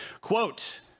Quote